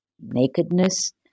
nakedness